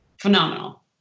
phenomenal